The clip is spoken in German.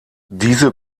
diese